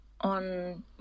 on